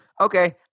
Okay